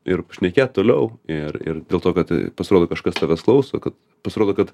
ir šnekėt toliau ir ir dėl to kad pasirodo kažkas tavęs klauso kad pasirodo kad